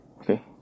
Okay